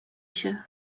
się